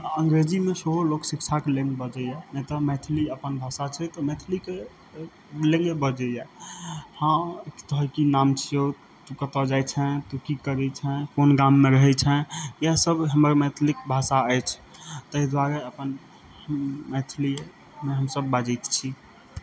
अंग्रेजीमे सेहो लोक शिक्षाके लेल बजैया नहि तऽ मैथिली अपन भाषा छै तऽ मैथिलीके लेल बजैया हँ तऽ की नाम छियौ तू कतय जाइ छैं तू की करै छैं कोन गाममे रहै छैं इएह सब हमर मैथिली भाषा अछि ताहि दुआरे अपन मैथिलीमे हमसब बाजैत छी